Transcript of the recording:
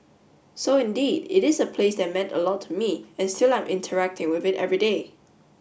so indeed it is a place that meant a lot to me and still I'm interacting with it every day